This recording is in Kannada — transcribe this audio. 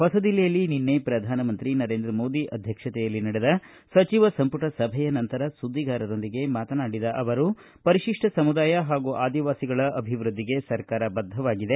ಹೊಸದಿಲ್ಲಿಯಲ್ಲಿ ದೆಹಲಿಯಲ್ಲಿ ನಿನ್ನೆ ಪ್ರಧಾನಮಂತ್ರಿ ನರೇಂದ್ರ ಮೋದಿ ಅಧ್ವಕ್ಷತೆಯಲ್ಲಿ ನಡೆದ ಸಚಿವ ಸಂಪುಟ ಸಭೆಯ ನಂತರ ಸುದ್ದಿಗಾರರೊಂದಿಗೆ ಮಾತನಾಡಿದ ಅವರು ಪರಿಶಿಪ್ಪ ಸಮುದಾಯ ಹಾಗೂ ಆದಿವಾಸಿಗಳ ಅಭಿವೃದ್ದಿಗೆ ಸರ್ಕಾರ ಬದ್ಧವಾಗಿದೆ